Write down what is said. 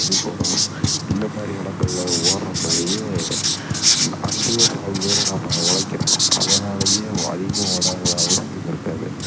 பள்ளிக்கூடம் இந்த மாதிரி இடங்கள்ல ஓடுறனாலையே அங் அங்கேயே பாதி தூரம் நாம் ஒழைக்கிறோம் அதனாலயே அதிகமாக ஓட வேண்டிய அவசியம் இருக்காது